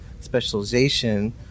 specialization